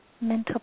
mental